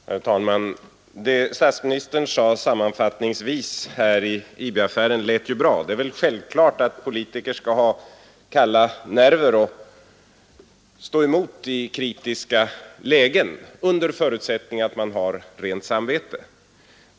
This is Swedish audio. Herr talman! Det statsministern sade sammanfattningsvis här om IB-affären lät bra. Det är självklart att politiker skall ha kalla nerver och stå emot i kritiska lägen under förutsättning att de har rent samvete.